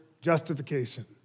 justification